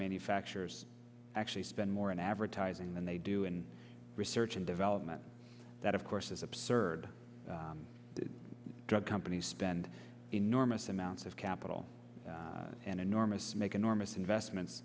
manufacturers actually spend more on advertising than they do and research and development that of course is absurd the drug companies spend enormous amounts of capital and enormous make enormous investments